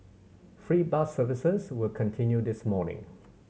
free bus services will continue this morning